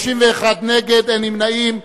31 נגד, אין נמנעים.